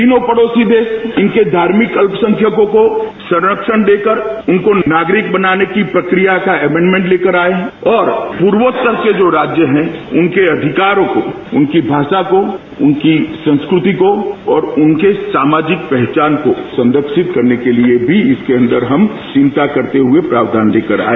तीनों पड़ोसी देश इनके धार्मिक अल्पसंख्यकों को संरक्षण देकर इनको नागरिक बनाने की प्रक्रिया का अमेंडमेंट लेकर आए और पूर्वोत्तर के जो राज्य हैं उनके अधिकारों को उनकी भाषा को उनकी संस्कृति को और उनके सामाजिक पहचान को संरक्षित करने के लिए भी इसके अंदर हम चिंता करते हुए प्रावधान लेकर आए